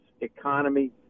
economy